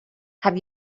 have